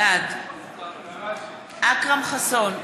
בעד אכרם חסון,